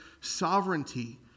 sovereignty